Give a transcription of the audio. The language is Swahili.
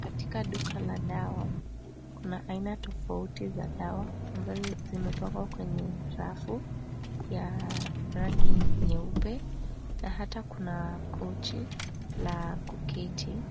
Katika duka la dawa, kuna aina tofauti za dawa, ambazo zimepangwa kwenye rafu ya rangi nyeupe na hata kuna kochi la kuketi